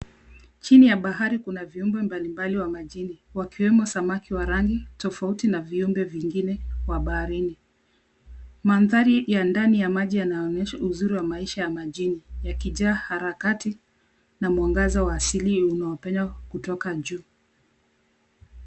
Chini ya bahari kuna viumbe mbalimbali wa majini wakiwemo samaki wa rangi tofauti na viumbe vingine wa baharini. Mandhari ya ndani ya maji yanaonyesha uzuri wa maisha ya majini yakijaa harakati na mwangaza wa asili unaopenya kutoka juu.